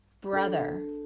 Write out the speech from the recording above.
Brother